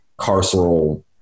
carceral